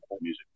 music